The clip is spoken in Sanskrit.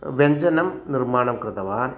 व्यञ्जनं निर्माणं कृतवान्